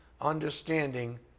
understanding